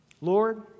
Lord